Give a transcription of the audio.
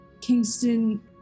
Kingston